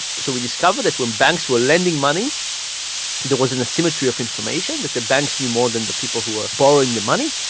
so we discover that when banks were lending money there was an asymmetry of information, that the banks knew more than the people who were borrowing the money.